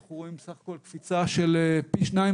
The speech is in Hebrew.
אנחנו רואים סך הכול קפיצה של פי שניים